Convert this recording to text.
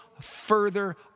further